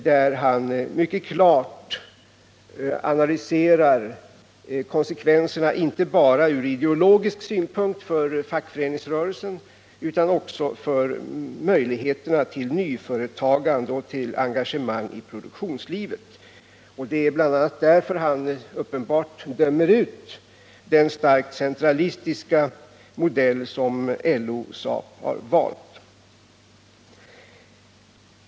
Där analyserar han mycket klart konsekvenserna, inte bara ur ideologisk synvinkel för fackföreningsrörelsen utan också beträffande möjligheterna till nyföretagande och engagemang i produktionslivet — och det är bl.a. mot den bakgrunden han uppenbart dömer ut den starkt centralistiska modell som LO/SAP har valt.